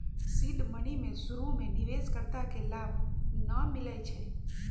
seed money में शुरु में निवेश कर्ता के लाभ न मिलै छइ